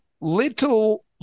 little